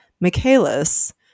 michaelis